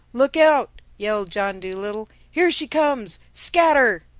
look out! yelled john dolittle, here she comes scatter!